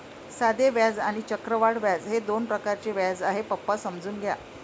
साधे व्याज आणि चक्रवाढ व्याज हे दोन प्रकारचे व्याज आहे, पप्पा समजून घ्या